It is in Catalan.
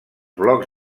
blocs